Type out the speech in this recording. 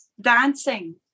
dancing